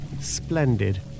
splendid